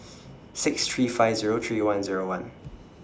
six three five Zero three one Zero one